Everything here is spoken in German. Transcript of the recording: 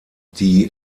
die